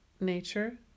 nature